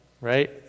right